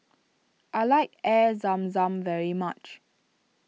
I like Air Zam Zam very much